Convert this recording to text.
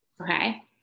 Okay